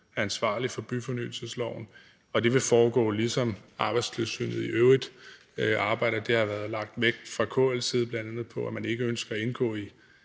er ansvarlig for byfornyelsesloven, og det vil foregå, ligesom Arbejdstilsynet i øvrigt arbejder. Der har bl.a. været lagt vægt på fra KL's side, at man ikke ønsker at indgå i